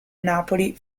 napoli